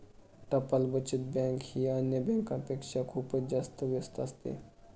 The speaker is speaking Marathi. टपाल बचत बँक ही अन्य बँकांपेक्षा खूपच जास्त स्वस्त असते